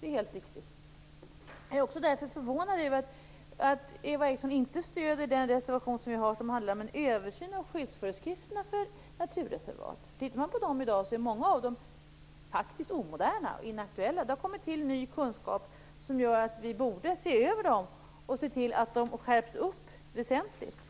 Därför är jag förvånad över att Eva Eriksson inte stöder vår reservation om en översyn av skyddsföreskrifterna för naturreservat. Många av de föreskrifterna är faktiskt omoderna och inaktuella i dag. Ny kunskap har tillkommit som gör att vi borde se över dem och se till att de väsentligt skärps.